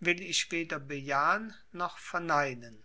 will ich weder bejahen noch verneinen